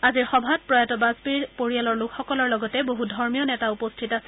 আজিৰ সভাত প্ৰয়াত বাজপেয়ীৰ পৰিয়ালৰ লোকসকলৰ লগতে বহু ধৰ্মীয় নেতা উপস্থিত আছিল